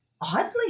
oddly